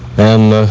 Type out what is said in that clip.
and